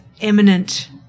eminent